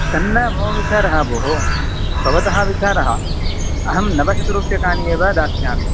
तन्न मम विचारः भो भवतः विचारः अहं नवति रूप्यकाणि एव दास्यामि